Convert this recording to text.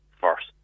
first